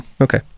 Okay